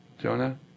Jonah